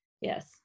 yes